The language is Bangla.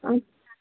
আচ্ছা